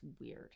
weird